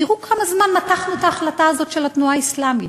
תראו כמה זמן מתחנו את ההחלטה הזאת של התנועה האסלאמית.